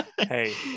Hey